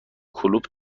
کلوپ